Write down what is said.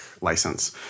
license